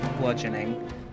bludgeoning